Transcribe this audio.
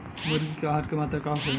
मुर्गी के आहार के मात्रा का होखे?